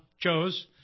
chose